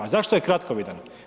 A zašto je kratkovidan?